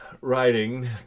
writing